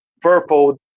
purple